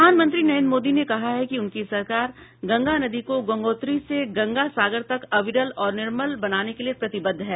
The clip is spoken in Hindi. प्रधानमंत्री नरेन्द्र मोदी ने कहा कि उनकी सरकार गंगा नदी को गंगोत्री से गंगा सागर तक अविरल और निर्मल बनाने के लिए प्रतिबद्ध है